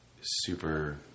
super